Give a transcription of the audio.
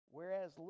Whereas